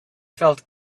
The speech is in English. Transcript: felt